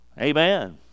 Amen